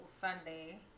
Sunday